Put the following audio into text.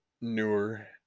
newer